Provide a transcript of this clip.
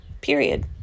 period